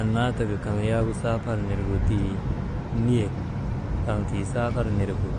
Annaa taka kaŋ yaagu saafar nirgu tii niyek kan tii saafar nergu